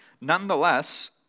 Nonetheless